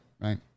right